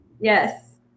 Yes